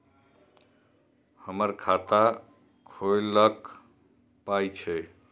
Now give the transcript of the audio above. हमर खाता खौलैक पाय छै